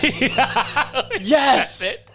Yes